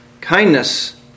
kindness